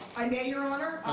i may, your honor.